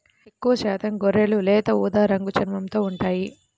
ఎక్కువశాతం గొర్రెలు లేత ఊదా రంగు చర్మంతో ఉంటాయి